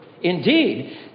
Indeed